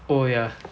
oh ya